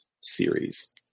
series